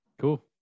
cool